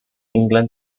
england